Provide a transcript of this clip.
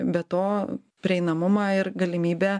be to prieinamumą ir galimybę